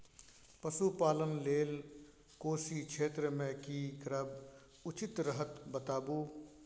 पशुपालन लेल कोशी क्षेत्र मे की करब उचित रहत बताबू?